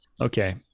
Okay